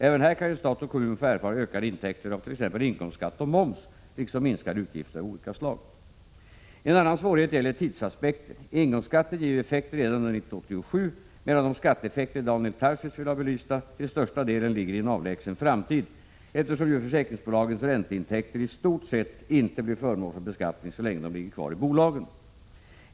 Även här kan ju stat och kommun få erfara ökade intäkter av t.ex. inkomstskatt och moms liksom minskade utgifter av olika slag. En annan svårighet gäller tidsaspekten. Engångsskatten ger effekt redan under 1987, medan de skatteeffekter Daniel Tarschys vill ha belysta till största delen ligger i en avlägsen framtid, eftersom ju försäkringsbolagens ränteintäkter i stort sett ej blir föremål för beskattning så länge de ligger kvar i bolagen.